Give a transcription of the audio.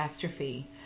catastrophe